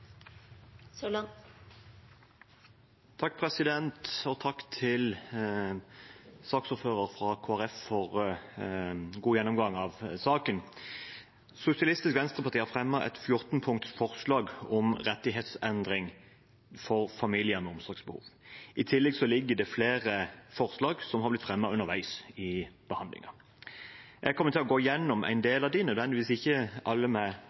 Takk til saksordføreren fra Kristelig Folkeparti for en god gjennomgang av saken. Sosialistisk Venstreparti har fremmet et fjortenpunkts forslag om rettighetsendring for familier med store omsorgsbehov. I tillegg foreligger det flere andre forslag som har blitt fremmet underveis i behandlingen. Jeg kommer til å gå igjennom en del av dem – ikke nødvendigvis alle